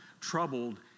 troubled